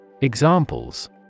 Examples